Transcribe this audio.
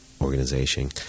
organization